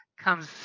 comes